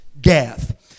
death